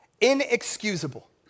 Inexcusable